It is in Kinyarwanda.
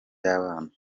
y’abana